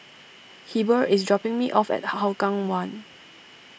Heber is dropping me off at Hougang one